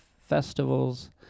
festivals